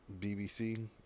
BBC